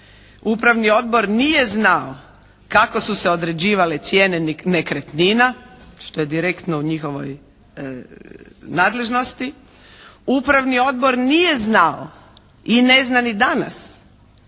Upravni odbor nije znao kako su se određivale cijene nekretnina što je direktno u njihovoj nadležnost. Upravni odbor nije znao i ne zna ni danas